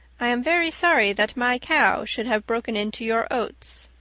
i am very sorry that my cow should have broken into your oats.